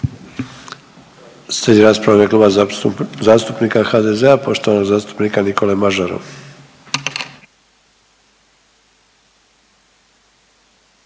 u ime Kluba zastupnika HDZ-a, poštovanog zastupnika Nikole Mažara.